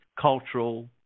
cultural